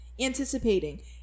anticipating